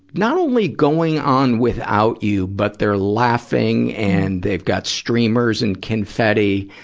not only going on without you, but they're laughing and they've got streamers and confetti.